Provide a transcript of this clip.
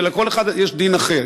ולכל אחד יש דין אחר,